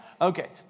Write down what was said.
Okay